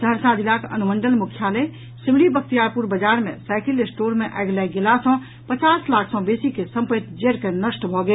सहरसा जिलाक अनुमंडल मुख्यालय सिमरी बख्तियारपुर बाजार मे साईकिल स्टोर मे आगि लागि गेला सँ पचास लाख सँ बेसी के सम्पत्ति जरि कऽ नष्ट भऽ गेल